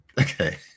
Okay